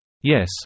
Yes